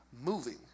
moving